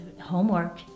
homework